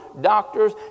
doctors